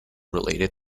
related